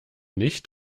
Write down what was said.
nicht